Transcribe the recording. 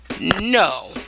No